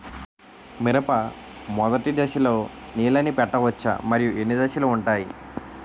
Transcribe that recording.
మిరప మొదటి దశలో నీళ్ళని పెట్టవచ్చా? మరియు ఎన్ని దశలు ఉంటాయి?